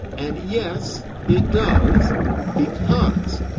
and yes, it does because.